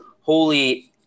holy –